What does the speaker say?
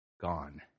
Gone